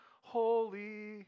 Holy